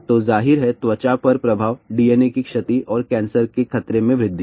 तो ज़ाहिर है त्वचा पर प्रभाव डीएनए की क्षति और कैंसर के खतरे में वृद्धि